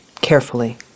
carefully